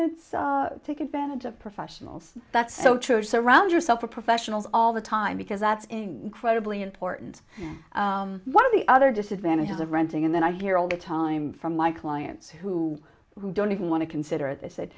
then take advantage of professionals that's so true surround yourself with professionals all the time because that's credibly important one of the other disadvantages of renting and then i hear all the time from my clients who don't even want to consider